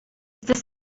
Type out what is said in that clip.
this